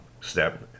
step